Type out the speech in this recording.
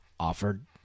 offered